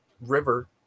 river